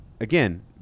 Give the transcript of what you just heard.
again